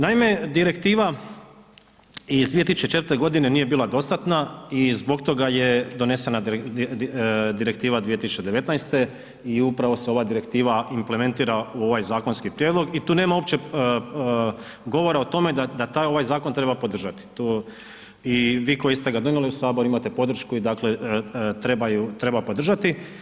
Naime, direktiva iz 2004. g. nije bila dostatna i zbog toga je donesena direktiva 2019. i upravo se ova direktiva implementira u ovaj zakonski prijedlog i tu nema uopće govora o tome da taj, ovaj zakon treba podržati, to i vi koji ste ga donijeli u Sabor imate podršku i dakle, treba ju podržati.